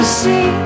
see